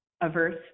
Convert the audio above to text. averse